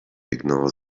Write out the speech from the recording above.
ignore